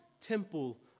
temple